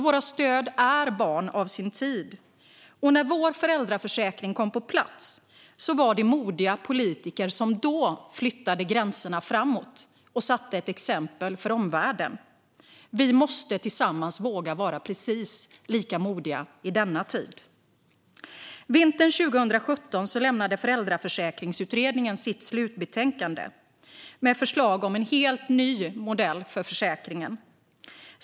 Våra stöd är barn av sin tid, och när vår föräldraförsäkring kom på plats var det modiga politiker som då flyttade gränserna framåt och satte ett exempel för omvärlden. Vi måste tillsammans våga vara precis lika modiga i denna tid. Vintern 2017 lämnade Föräldraförsäkringsutredningen sitt slutbetänkande med förslag om en helt ny modell för försäkringen.